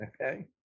okay